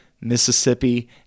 Mississippi